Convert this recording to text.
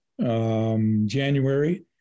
January